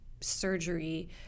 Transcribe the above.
surgery